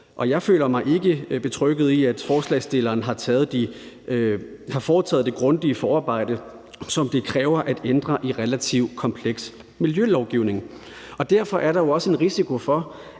jeg føler mig ikke betrygget i, at forslagsstilleren har foretaget det grundige forarbejde, som det kræver at ændre i en relativt kompleks miljølovgivning, og derfor er der jo også en risiko for,